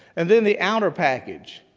and then the outer package.